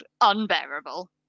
unbearable